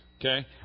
Okay